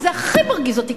וזה הכי מרגיז אותי,